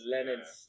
Lenin's